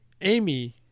Amy